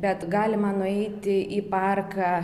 bet galima nueiti į parką